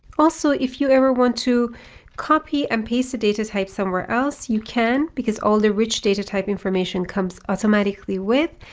also, if you ever want to copy and paste the data type somewhere else, you can because all the rich data type information comes automatically with.